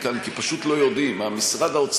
כי אחר כך תאמרו שהטעיתי כאן,